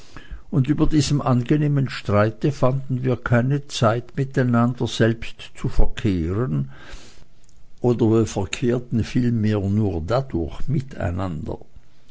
und über diesem angenehmen streite fanden wir keine zeit miteinander selbst zu verkehren oder wir verkehrten vielmehr nur dadurch miteinander